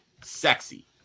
sexy